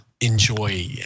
enjoy